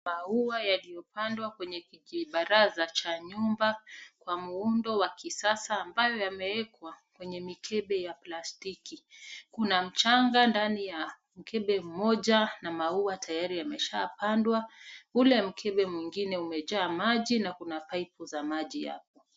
Maua yaliyopandwa kwenye kibaraza cha nyumba kwa muundo wa kisasa ambayo yamewekwa kwenye mikebe ya plastiki. Kuna mchanga ndani ya mkebe moja na maua tayari yameshapandwa . Ule mkebe mwingine umejaa maji na kuna paipu za maji hapo.